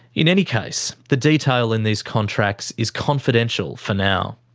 in any case, the detail in these contracts is confidential for now.